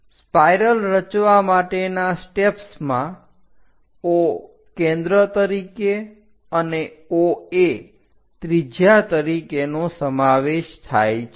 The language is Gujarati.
સ્પાઇરલ રચવા માટેના સ્ટેપ્સ માં O કેન્દ્ર તરીકે અને OA ત્રિજ્યા તરીકેનો સમાવેશ થાય છે